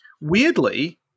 Weirdly